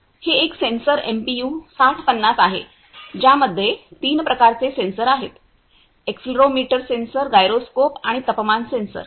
हे एक sensor MPU 6050 आहे ज्यामध्ये तीन प्रकारचे सेन्सर आहेत एक्सेलरो मीटर सेन्सर गायरोस्कोप आणि तापमान सेन्सर